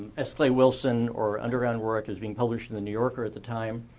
s. clay wilson or underground work was being published in the new yorker at the time,